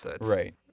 Right